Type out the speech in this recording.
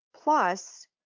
plus